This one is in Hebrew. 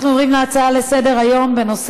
נעבור להצעות לסדר-היום מס'